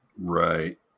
Right